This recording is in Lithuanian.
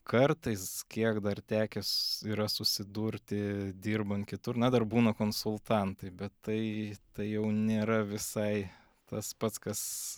kartais kiek dar tekę s yra susidurti dirbant kitur na dar būna konsultantai bet tai jau nėra visai tas pats kas